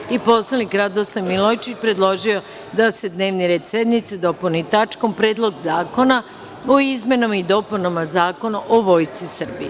Narodni poslanik Radoslav Milojičić predložio je da se dnevni red sednice dopuni tačkom – Predlog zakona o izmenama i dopunama Zakona o Vojsci Srbije.